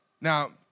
Now